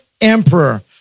emperor